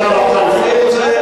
אומר את זה.